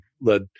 led